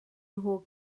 nhw